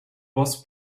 boss